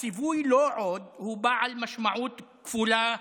הציווי "לא עוד" הוא בעל משמעות כפולה,